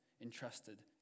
entrusted